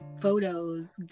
photos